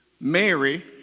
Mary